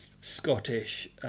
Scottish